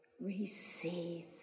receive